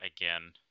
again